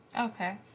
Okay